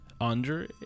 Andre